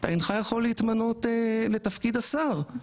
אינך יכול להתמנות לתפקיד השר,